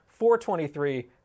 423